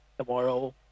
tomorrow